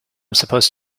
supposed